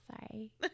Sorry